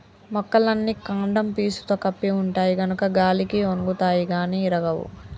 మొక్కలన్నీ కాండం పీసుతో కప్పి ఉంటాయి గనుక గాలికి ఒన్గుతాయి గాని ఇరగవు